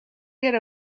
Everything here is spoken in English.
get